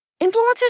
Influencers